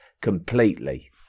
completely